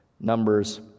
Numbers